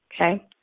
okay